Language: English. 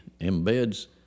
embeds